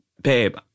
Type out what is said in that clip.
Babe